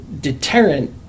deterrent